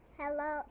hello